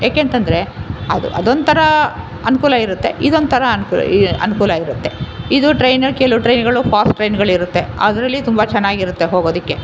ಏಕೆಂತಂದ್ರೆ ಅದು ಅದೊಂಥರ ಅನುಕೂಲ ಇರುತ್ತೆ ಇದೊಂಥರ ಅನುಕೂಲ ಈ ಅನುಕೂಲ ಇರುತ್ತೆ ಇದು ಟ್ರೈನ್ ಕೆಲ್ವು ಟ್ರೈನ್ಗಳು ಫಾಸ್ಟ್ ಟ್ರೈನ್ಗಳಿರುತ್ತೆ ಅದರಲ್ಲಿ ತುಂಬ ಚೆನ್ನಾಗಿರುತ್ತೆ ಹೋಗೋದಕ್ಕೆ